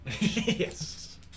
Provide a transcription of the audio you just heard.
Yes